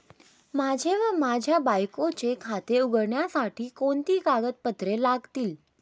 माझे व माझ्या बायकोचे खाते उघडण्यासाठी कोणती कागदपत्रे लागतील?